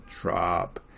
Drop